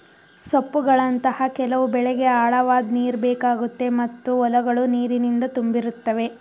ಸೊಪ್ಪುಗಳಂತಹ ಕೆಲವು ಬೆಳೆಗೆ ಆಳವಾದ್ ನೀರುಬೇಕಾಗುತ್ತೆ ಮತ್ತು ಹೊಲಗಳು ನೀರಿನಿಂದ ತುಂಬಿರುತ್ತವೆ